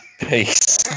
Peace